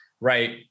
right